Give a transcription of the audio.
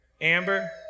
Amber